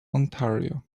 ontario